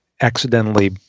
accidentally